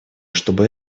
чтобы